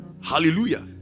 Hallelujah